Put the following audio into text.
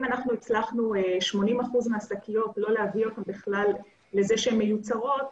אם אנחנו הצלחנו להביא לזה ש-80% מהשקיות בכלל לא מיוצרות,